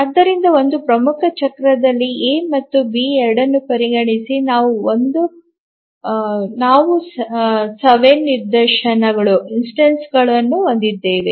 ಆದ್ದರಿಂದ ಒಂದು ಪ್ರಮುಖ ಚಕ್ರದಲ್ಲಿ ಎ ಮತ್ತು ಬಿ ಎರಡನ್ನೂ ಪರಿಗಣಿಸಿ ನಾವು 7 ನಿದರ್ಶನಗಳನ್ನು ಹೊಂದಿದ್ದೇವೆ